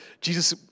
Jesus